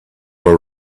were